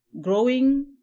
growing